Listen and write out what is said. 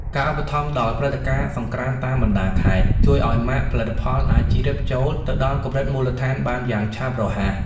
ការឧបត្ថម្ភដល់ព្រឹត្តិការណ៍សង្ក្រាន្តតាមបណ្តាខេត្ត ជួយឱ្យម៉ាកផលិតផលអាចជ្រាបចូលទៅដល់កម្រិតមូលដ្ឋានបានយ៉ាងឆាប់រហ័ស។